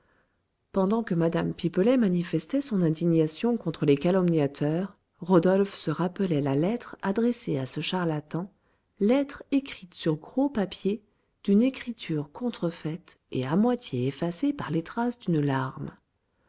pendant que mme pipelet manifestait son indignation contre les calomniateurs rodolphe se rappelait la lettre adressée à ce charlatan lettre écrite sur gros papier d'une écriture contrefaite et à moitié effacée par les traces d'une larme